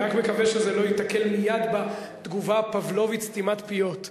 אני רק מקווה שזה לא ייתקל מייד בתגובה הפבלובית "סתימת פיות".